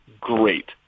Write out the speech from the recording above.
great